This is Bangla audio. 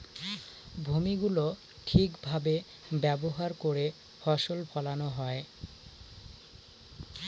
ভূমি গুলো ঠিক ভাবে ব্যবহার করে ফসল ফোলানো দরকার